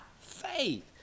faith